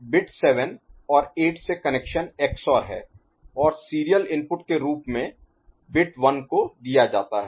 bit 7 और 8 से connection XOR हैं और सीरियल इनपुट के रूप में बिट 1 को दिया जाता है